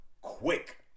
quick